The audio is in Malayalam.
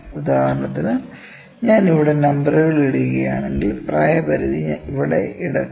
ഉദാഹരണത്തിന് ഞാൻ ഇവിടെ നമ്പറുകൾ ഇടുകയാണെങ്കിൽ പ്രായപരിധി ഇവിടെ ഇടട്ടെ